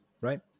Right